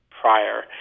prior